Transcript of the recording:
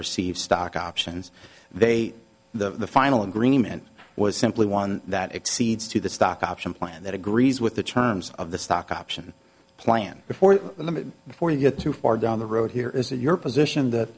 received stock options they the final agreement was simply one that exceeds two the stock option plan that agrees with the terms of the stock option plan before before you get too far down the road here is that your position that